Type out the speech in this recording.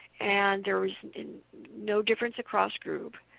and there was and no difference across groups.